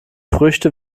früchte